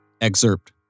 excerpt